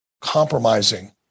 Compromising